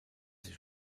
sich